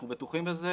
אנחנו בטוחים בזה.